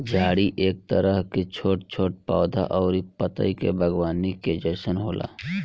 झाड़ी एक तरह के छोट छोट पौधा अउरी पतई के बागवानी के जइसन होला